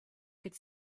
could